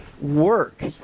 work